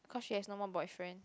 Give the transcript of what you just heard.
cause she has no more boyfriend